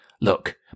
Look